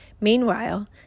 Meanwhile